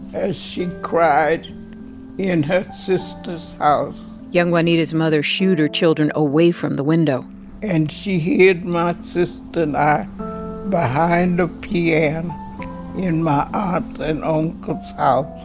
as she cried in her sister's house young juanita's mother shooed her children away from the window and she hid my sister and i behind a piano in my aunt's ah and uncle's house